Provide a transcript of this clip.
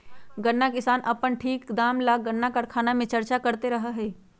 गन्ना किसान अपन ठीक दाम ला गन्ना कारखाना से चर्चा करते रहा हई